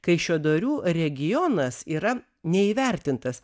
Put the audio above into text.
kaišiadorių regionas yra neįvertintas